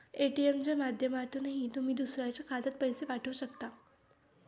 ATM च्या माध्यमातूनही तुम्ही दुसऱ्याच्या खात्यात पैसे पाठवू शकता